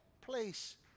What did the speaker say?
place